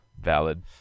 valid